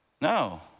No